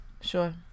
Sure